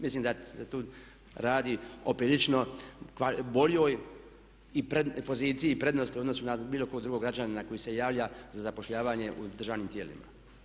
Mislim da se tu radi o prilično boljoj poziciji i prednosti u odnosu na bilo kojeg drugog građanina koji se javlja za zapošljavanje u državnim tijelima.